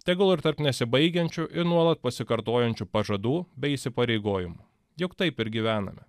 tegul ir tarp nesibaigiančių ir nuolat pasikartojančių pažadų bei įsipareigojimų juk taip ir gyvename